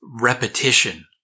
repetition